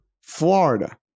Florida